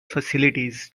facilities